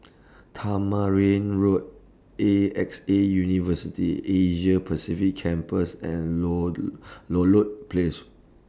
Tamarind Road A X A University Asia Pacific Campus and Low Ludlow Place